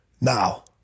Now